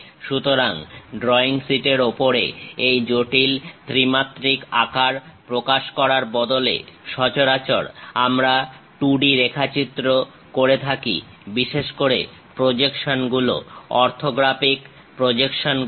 সুতরাং ড্রইং শীটের ওপরে এই জটিল ত্রিমাত্রিক আকার প্রকাশ করার বদলে সচরাচর আমরা 2D রেখাচিত্র করে থাকি বিশেষ করে প্রজেকশন গুলো অর্থগ্রাফিক প্রজেকশন গুলো